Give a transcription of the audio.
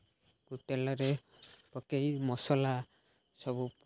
ତାକୁ ତେଲରେ ପକାଇ ମସଲା ସବୁ